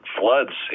floods